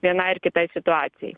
vienai ar kitai situacijai